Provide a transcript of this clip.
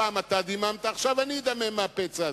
פעם אתה דיממת, עכשיו אני אדמם מהפצע הזה.